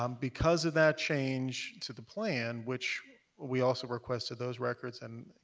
um because of that change to the plan, which we also requested those records and